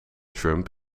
trump